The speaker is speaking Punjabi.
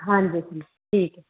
ਹਾਂਜੀ ਠੀਕ ਆ